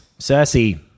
Cersei